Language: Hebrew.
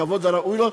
בכבוד הראוי לו,